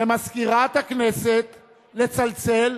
ממזכירת הכנסת לצלצל,